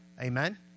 Amen